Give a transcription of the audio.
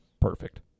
perfect